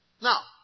Now